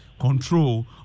control